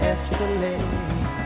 Escalate